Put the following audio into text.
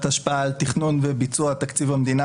ההשפעה על תכנון וביצוע תקציב המדינה,